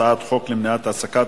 הצעת חוק למניעת העסקה